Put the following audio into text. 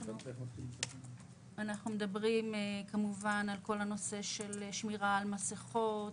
אנחנו מדברים כמובן על שמירה על מסיכות,